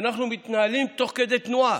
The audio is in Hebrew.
אנחנו מתנהלים תוך כדי תנועה.